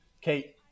Kate